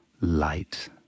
light